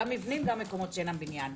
גם מבנים וגם מקומות שאינם בניין.